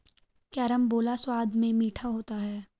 carambola स्वाद में मीठा होता है